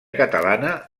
catalana